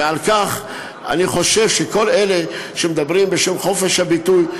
ועל כן אני חושב שכל אלה שמדברים בשם חופש הביטוי,